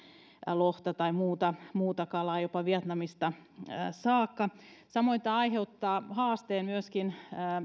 lohta tai muuta muuta kalaa jopa vietnamista saakka samoin tämä aiheuttaa haasteen myöskin